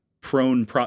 prone